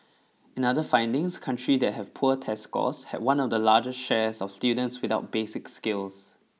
in other findings country that had poor test scores had one of the largest share of students without basic skills